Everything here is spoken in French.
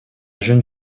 jeune